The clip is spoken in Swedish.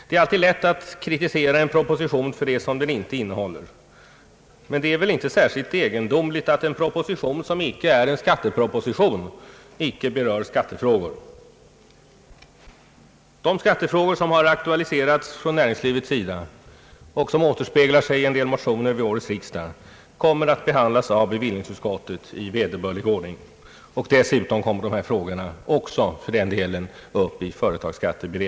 Det är alltid lätt att kritisera en proposition för vad den inte innehåller, men det är väl inte särskilt egendomligt att en proposition, som inte är en skatteproposition, inte berör skattefrågor. De skattefrågor som har aktualiserats från näringslivets sida, och vilka återspeglas i en del motioner till årets riksdag, kommer att i vederbörlig ordning behandlas av bevillningsutskottet.